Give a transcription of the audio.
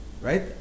right